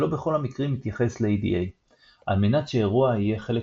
שלא בכל המקרים מתייחס ל EDA. על מנת שאירוע יהיה חלק